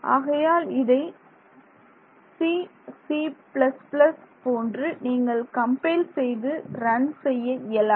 ஆகையால் இதை C C போன்று நீங்கள் கம்பைல் செய்து ரன் செய்ய இயலாது